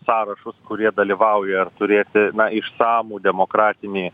sąrašus kurie dalyvauja ir turėti išsamų demokratinį